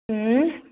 हुँ